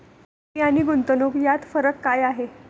ठेवी आणि गुंतवणूक यात फरक काय आहे?